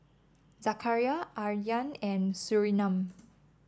Zakaria Aryan and Surinam